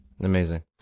Amazing